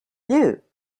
you